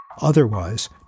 Otherwise